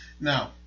Now